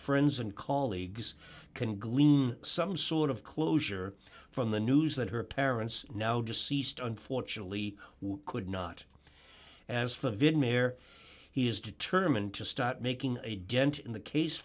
friends and colleagues can glean some sort of closure from the news that her parents now deceased unfortunately could not as for vid mehr he's determined to start making a dent in the case